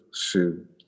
shoot